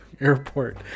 Airport